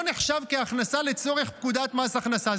נחשב כהכנסה לצורך פקודת מס הכנסה,